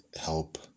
help